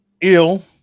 ill